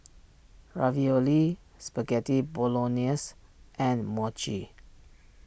Ravioli Spaghetti Bolognese and Mochi